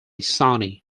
sony